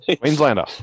Queenslander